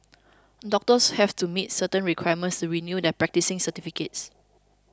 doctors have to meet certain requirements to renew their practising certificates